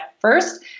first